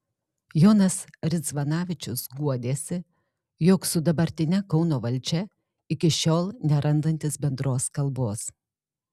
jonas ridzvanavičius guodėsi jog su dabartine kauno valdžia iki šiol nerandantis bendros kalbos